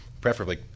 preferably